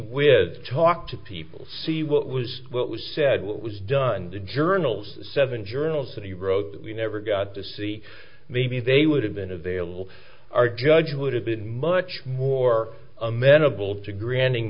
with talk to people see what was what was said what was done the journals seven journals that he wrote that we never got to see maybe they would have been available our judge would have been much more amenable to granting